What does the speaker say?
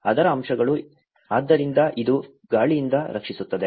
ಅದರ ಅಂಶಗಳು ಆದ್ದರಿಂದ ಇದು ಗಾಳಿಯಿಂದ ರಕ್ಷಿಸುತ್ತದೆ